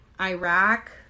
iraq